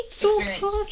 experience